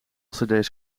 lcd